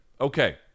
Okay